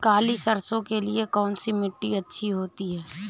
काली सरसो के लिए कौन सी मिट्टी अच्छी होती है?